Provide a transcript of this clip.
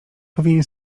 powinien